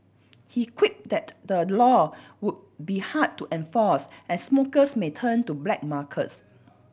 he quipped that the law would be hard to enforce and smokers may turn to black markers